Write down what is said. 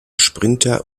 sprinter